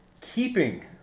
keeping